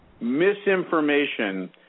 misinformation